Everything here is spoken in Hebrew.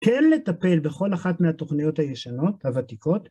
כן לטפל בכל אחת מהתוכניות הישנות, הוותיקות.